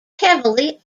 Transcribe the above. heavily